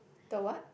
the what